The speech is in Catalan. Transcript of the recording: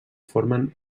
formen